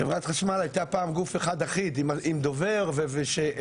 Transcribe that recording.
חברת חשמל הייתה פעם גוף אחד אחיד עם דובר ומדברת,